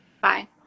Bye